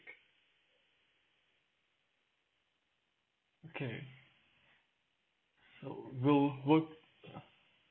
okay so we'll work